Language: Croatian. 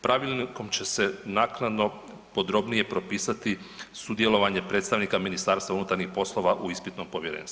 Pravilnikom će se naknadno podrobnije propisati sudjelovanje predstavnika Ministarstva unutarnjih poslova u Ispitnom povjerenstvu.